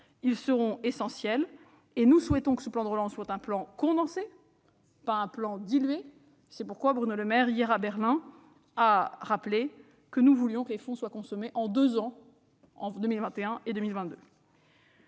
sera essentiel. Nous souhaitons que ce plan de relance soit un plan condensé et non pas dilué. C'est pourquoi Bruno Le Maire a rappelé hier à Berlin que nous voulions que les fonds soient consommés en deux ans, en 2021 et en 2022.